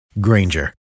Granger